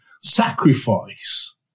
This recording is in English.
sacrifice